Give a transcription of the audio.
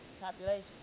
Population